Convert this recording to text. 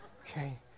Okay